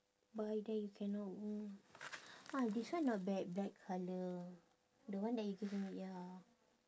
buy then you cannot mm ah this one not bad black colour the one that you give me ya